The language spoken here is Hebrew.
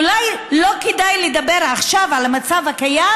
אולי לא כדאי לדבר עכשיו על המצב הקיים